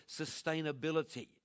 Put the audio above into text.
sustainability